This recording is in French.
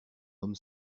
homme